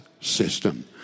system